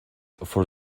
for